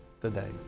today